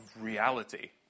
reality